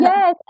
Yes